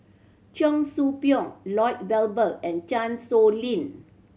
Cheong Soo Pieng Lloyd Valberg and Chan Sow Lin